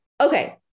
Okay